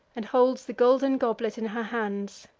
and holds the golden goblet in her hands.